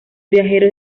viajeros